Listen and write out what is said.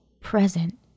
present